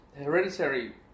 Hereditary